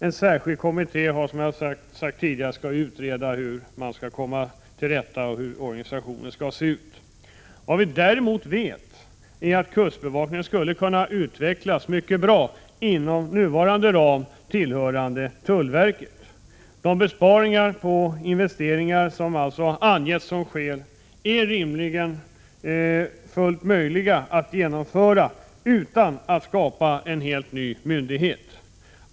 En särskild kommitté skall, som jag har sagt tidigare, utreda hur organisationen skall se ut. Vi vet däremot att kustbevakningen skulle kunna utvecklas mycket bra inom nuvarande ram, tillhörande tullverket. De besparingar på investeringar som har angetts som skäl är rimligen fullt möjliga att genomföra utan att man skapar en helt ny myndighet.